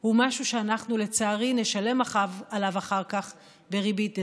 הוא משהו שאנחנו לצערי נשלם עליו אחר כך בריבית דריבית.